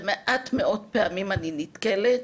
שמעט מאוד פעמים אני נתקלת,